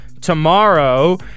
tomorrow